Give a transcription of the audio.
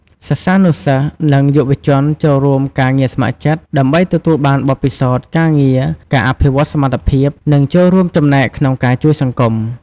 សិស្សានុសិស្ស និងយុវជនចូលរួមការងារស្ម័គ្រចិត្ត ដើម្បីទទួលបានបទពិសោធន៍ការងារ ការអភិវឌ្ឍសមត្ថភាព និងចូលរួមចំណែកក្នុងការជួយសង្គម។